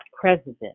president